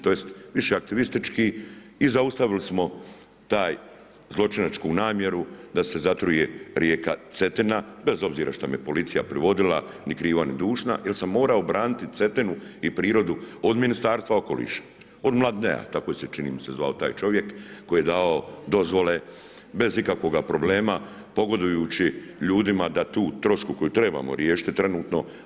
Tj. više aktivistički i zaustavili smo taj zločinačku namjenu, da se zatruje rijeka Cetina, bez obzira što me je policija privodila, ni kriva ni dužna, jer sam morao braniti Cetinu i prirodu od Ministarstva okoliša, od … tako je čini mi se zvao taj čovjek, koji je dao dozvole bez ikakvog problema, pogodujući ljudima da tu trosku koju trebamo riješiti trenutno.